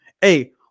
hey